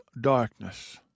darkness